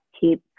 keep